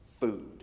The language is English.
food